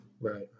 right